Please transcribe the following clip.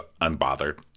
unbothered